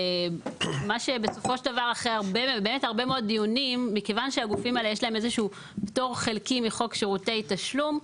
לגופים האלה יש איזה שהוא פטור חלקי מחוק שירותי תשלום.